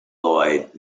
lloyd